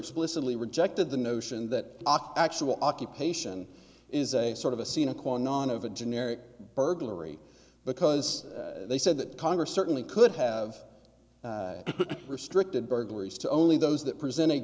explicitly rejected the notion that actual occupation is a sort of a scenic or non of a generic burglary because they said that congress certainly could have restricted burglaries to only those that present